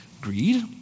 greed